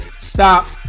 Stop